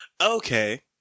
Okay